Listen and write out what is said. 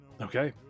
Okay